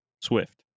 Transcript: Swift